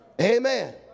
amen